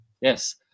yes